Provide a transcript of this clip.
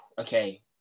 okay